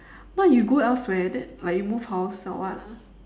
what if you go elsewhere then like you move house or what